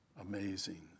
amazing